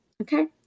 Okay